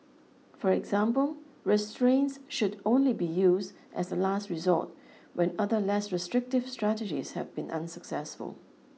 for example restraints should only be used as a last resort when other less restrictive strategies have been unsuccessful